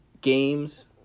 Games